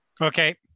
Okay